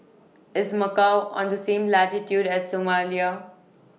IS Macau on The same latitude as Somalia